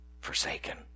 forsaken